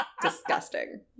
Disgusting